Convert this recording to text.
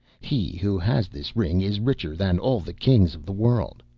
he who has this ring is richer than all the kings of the world.